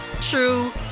true